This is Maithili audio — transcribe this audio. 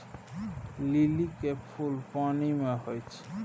लिली के फुल पानि मे होई छै